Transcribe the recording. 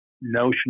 notion